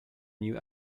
new